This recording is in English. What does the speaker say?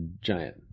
giant